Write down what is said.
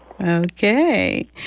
Okay